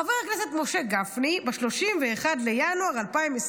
חבר הכנסת משה גפני ב-31 בינואר 2022